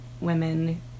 women